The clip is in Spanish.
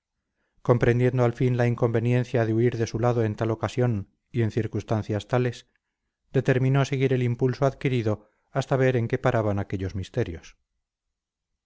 comprendiendo al fin la inconveniencia de huir de su lado en tal ocasión y en circunstancias tales determinó seguir el impulso adquirido hasta ver en qué paraban aquellos misterios